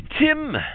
Tim